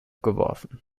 geworfen